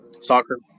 soccer